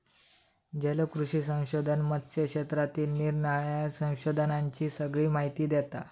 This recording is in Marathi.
जलकृषी संशोधन मत्स्य क्षेत्रातील निरानिराळ्या संशोधनांची सगळी माहिती देता